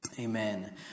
Amen